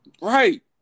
Right